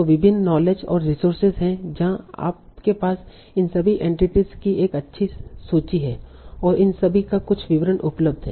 तों विभिन्न नॉलेज और रिसोर्सेस हैं जहां आपके पास इन सभी एंटिटीस की एक अच्छी सूची है और इन सभी का कुछ विवरण उपलब्ध है